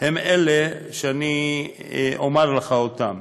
הם אלה שאני אומר לך אותם: